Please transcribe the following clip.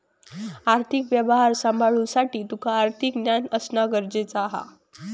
आर्थिक व्यवहार सांभाळुसाठी तुका आर्थिक ज्ञान असणा गरजेचा हा